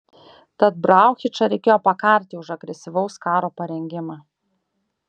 tad brauchičą reikėjo pakarti už agresyvaus karo parengimą